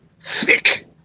Thick